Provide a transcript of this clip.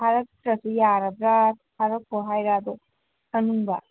ꯊꯥꯔꯛꯇ꯭ꯔꯁꯨ ꯌꯥꯔꯕ꯭ꯔꯥ ꯊꯥꯔꯛꯈꯣ ꯍꯥꯏꯔꯗꯣ ꯈꯪꯅꯤꯡꯕ